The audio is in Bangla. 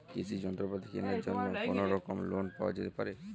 কৃষিযন্ত্রপাতি কেনার জন্য কোনোরকম লোন পাওয়া যেতে পারে?